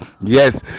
yes